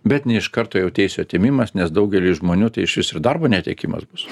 bet ne iš karto jau teisių atėmimas nes daugeliui žmonių tai išvis ir darbo netekimas bus